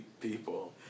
people